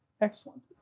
Excellent